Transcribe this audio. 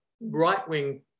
right-wing